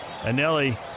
Anelli